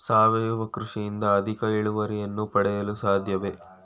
ಸಾವಯವ ಕೃಷಿಯಿಂದ ಅಧಿಕ ಇಳುವರಿಯನ್ನು ಪಡೆಯಲು ಸಾಧ್ಯವೇ?